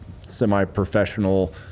semi-professional